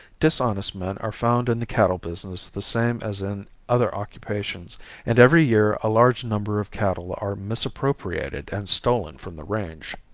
dishonest men are found in the cattle business the same as in other occupations and every year a large number of cattle are misappropriated and stolen from the range.